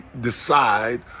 decide